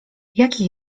jaki